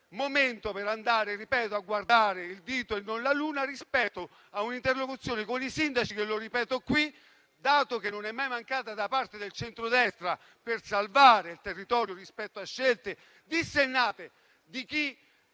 momento per andare a guardare il dito e non la luna rispetto a un'interlocuzione con i sindaci che non è mai mancata da parte del centrodestra per salvare il territorio rispetto alle scelte dissennate di chi